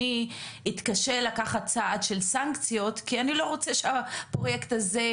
אני אתקשה לקחת צעד של סנקציות כי אני לא רוצה שהפרוייקט הזה,